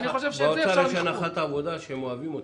באוצר יש הנחת עבודה שהם אוהבים אותה,